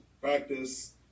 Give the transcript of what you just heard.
practice